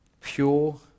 pure